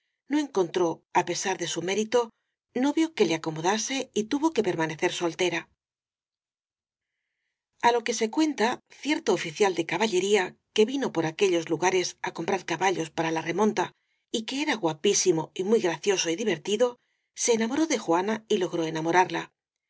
no encontró á pesar de su mérito novio que le acomodase y tuvo que permanecer soltera a lo que se cuenta cierto oficial de caballería que vino por aquellos lugares á comprar caballos para la remonta y que era guapísimo y muy gra cioso y divertido se enamoró de juana y logró enamorarla